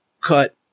cut